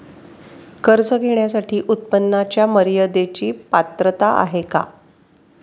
कर्ज घेण्यासाठी उत्पन्नाच्या मर्यदेची पात्रता आहे का?